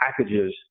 packages